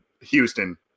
Houston